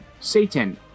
Satan